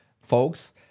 folks